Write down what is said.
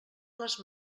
les